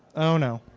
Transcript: oh no,